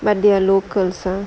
like they are locals ah